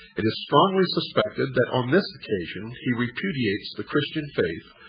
it is strongly suspected that on this occasion he repudiates the christian faith,